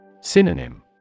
Synonym